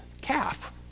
calf